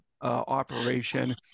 operation